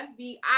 FBI